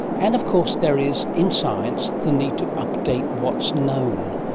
and of course, there is, in science, the need to update what's known.